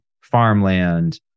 farmland